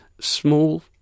small